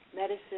medicine